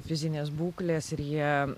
fizinės būklės ir jie